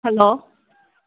hello